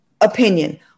opinion